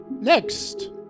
Next